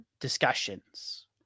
discussions